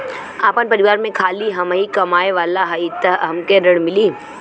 आपन परिवार में खाली हमहीं कमाये वाला हई तह हमके ऋण मिली?